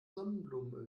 sonnenblumenöl